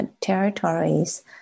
territories